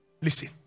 listen